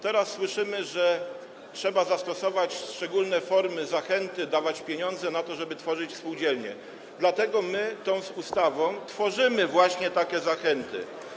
Teraz słyszymy, że trzeba zastosować szczególne formy zachęty, dawać pieniądze na to, żeby tworzyć spółdzielnie, dlatego my tą ustawą takie właśnie zachęty tworzymy.